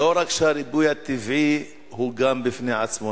לא רק שהריבוי הטבעי הוא נושא בפני עצמו,